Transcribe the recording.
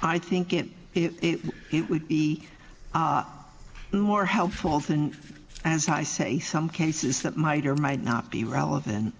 i think and it would be more helpful than as i say some cases that might or might not be relevant